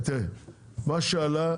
מה שעלה,